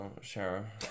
share